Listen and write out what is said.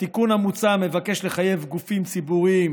התיקון המוצע מבקש לחייב גופים ציבוריים